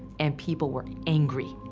and people were angry.